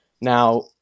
Now